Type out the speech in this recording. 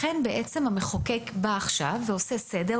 לכן עכשיו המחוקק בא ועושה סדר,